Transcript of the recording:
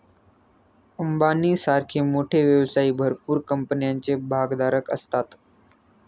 अंबानी सारखे मोठे व्यवसायी भरपूर कंपन्यांचे भागधारक असतात